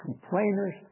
complainers